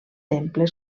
temple